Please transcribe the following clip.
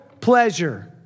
pleasure